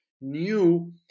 new